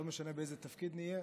לא משנה באיזה תפקיד נהיה,